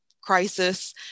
crisis